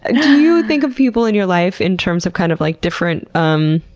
you think of people in your life in terms of kind of like different, um,